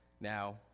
Now